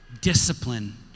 discipline